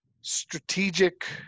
strategic